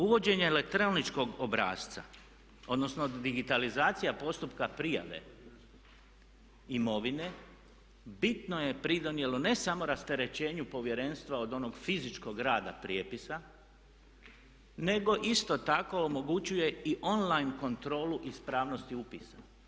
Uvođenje elektroničkog obrasca, odnosno digitalizacija postupka prijave imovine bitno je pridonijelo ne samo rasterećenju Povjerenstva od onog fizičkog rada prijepisa nego isto tako omogućuje i on line kontrolu ispravnosti upisa.